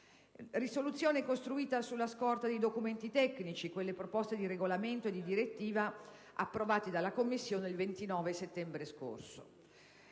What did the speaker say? Risoluzione costruita sulla scorta di documenti tecnici, quelle proposte di regolamento e di direttiva approvati dalla Commissione il 29 settembre scorso;